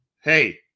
hey